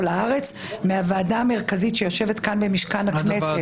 הארץ מהוועדה המרכזית שיושבת כאן במשכן הכנסת.